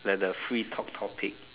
at the free talk topic